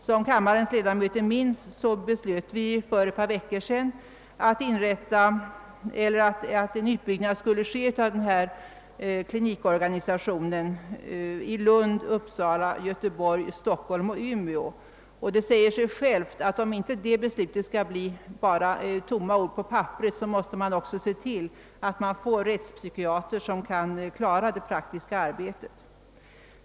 Som kammarens ledamöter minns beslöt vi för ett par veckor sedan att en utbyggnad skulle ske av denna klinikorganisation i Lund, Uppsala, Göteborg, Stockholm och Umeå. Det säger sig självt att om inte det beslutet skall bli bara tomma ord måste man också se till att man får rättspsykiatrer som kan klara det praktiska arbetet.